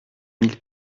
mille